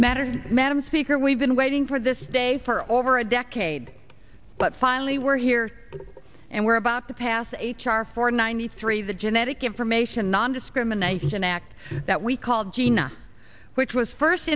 mattered madam speaker we've been waiting for this day for over a decade but finally we're here and we're about to pass h r four ninety three the genetic information nondiscrimination act that we call gina which was first